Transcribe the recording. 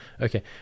Okay